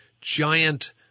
giant